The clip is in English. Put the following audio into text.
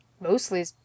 mostly